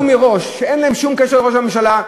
מראש שאין להן שום קשר לראש הממשלה,